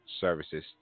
Services